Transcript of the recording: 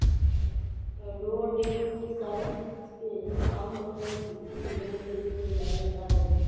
rodenticides के आमतौर पर चूहे के जहर के रूप में जानल जा हई